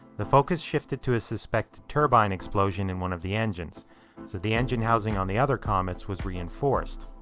the focus shifted to a suspected turbine explosion in one of the engines. so the engine housing on the other comets was reinforced.